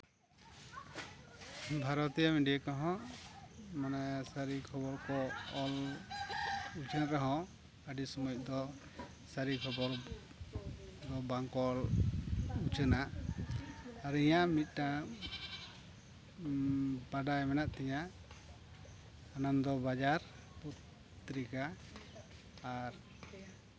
ᱵᱷᱟᱨᱚᱛ ᱨᱮᱱ ᱠᱷᱚᱵᱚᱨᱤᱭᱟᱹ ᱠᱚᱦᱚᱸ ᱢᱟᱱᱮ ᱥᱟᱹᱨᱤ ᱠᱷᱚᱵᱚᱨ ᱠᱚ ᱚᱞ ᱩᱪᱪᱷᱟᱹᱱ ᱨᱮᱦᱚᱸ ᱟᱹᱰᱤ ᱥᱚᱢᱚᱭ ᱫᱚ ᱥᱟᱹᱨᱤ ᱠᱷᱚᱵᱚᱨ ᱵᱟᱝᱠᱚ ᱚᱞ ᱩᱪᱷᱟᱹᱱᱟ ᱟᱫᱚ ᱤᱧᱟᱹᱜ ᱢᱤᱫᱴᱟᱱ ᱵᱟᱰᱟᱭ ᱢᱮᱱᱟᱜ ᱛᱤᱧᱟᱹ ᱟᱱᱚᱱᱫᱚ ᱵᱟᱡᱟᱨ ᱯᱚᱛᱨᱤᱠᱟ ᱟᱨ